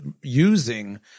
using